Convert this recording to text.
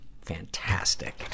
fantastic